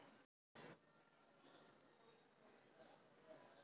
banker बैंकक एक वित्तीय संस्थार रूपत देखअ छ